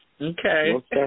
Okay